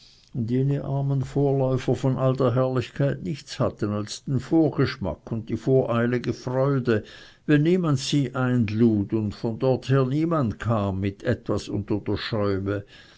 jene armen vorläufer von all der herrlichkeit nichts hatten als den vorgeschmack und die voreilige freude wenn niemand sie einlud und von dorther niemand kam mit etwas unter der